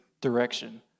direction